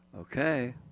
Okay